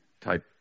type